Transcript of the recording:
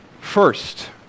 First